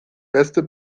beste